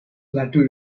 later